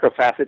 microfacets